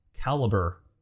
caliber